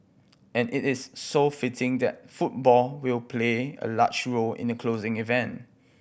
and it is so fitting that football will play a large role in the closing event